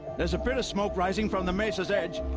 there's a bit of smoke rising from the mesa's edge!